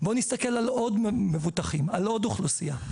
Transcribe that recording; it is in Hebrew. בואו נסתכל על עוד אזרחים, על עוד אוכלוסייה.